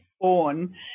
born